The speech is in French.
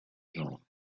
genre